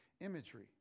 imagery